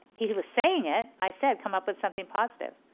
he he was saying it, i said come up with something positive,